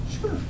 Sure